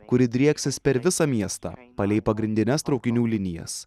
kuri drieksis per visą miestą palei pagrindines traukinių linijas